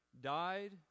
died